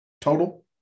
total